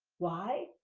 why?